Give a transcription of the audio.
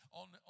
on